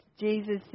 Jesus